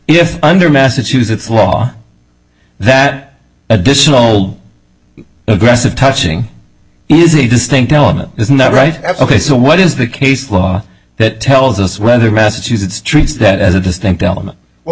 if under massachusetts law that additional aggressive touching easy distinct element is not right ok so what is the case law that tells us whether massachusetts treats that as a distinct element well